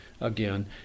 again